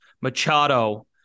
Machado